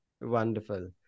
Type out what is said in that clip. Wonderful